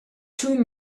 two